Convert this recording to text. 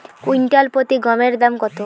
Quintal প্রতি গমের দাম কত?